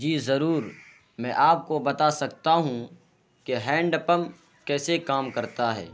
جی ضرور میں آپ کو بتا سکتا ہوں کہ ہینڈ پمپ کیسے کام کرتا ہے